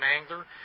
angler